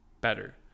better